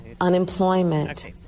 unemployment